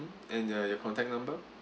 and uh your contact number